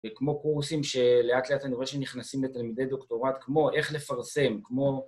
וכמו קורסים שלאט לאט אני רואה שהם נכנסים לתלמידי דוקטורט, כמו איך לפרסם, כמו...